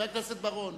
חבר הכנסת בר-און,